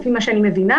לפי הבנתי,